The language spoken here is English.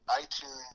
iTunes